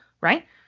right